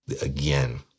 again